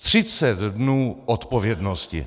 Třicet dnů odpovědnosti.